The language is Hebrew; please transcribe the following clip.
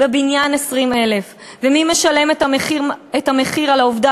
בבניין 20,000. ומי משלם את המחיר על העובדה